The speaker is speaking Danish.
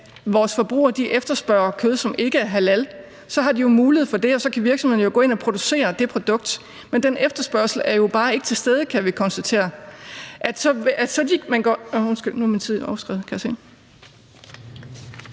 vores forbrugere efterspørger kød, som ikke er halal, så har de jo mulighed for det, og så kan virksomhederne jo gå ind at producere det produkt, men den efterspørgsel er jo bare ikke til stede, kan vi konstatere.